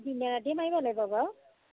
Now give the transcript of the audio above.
দিনে ৰাতিয়ে মাৰিব লাগিব বাৰু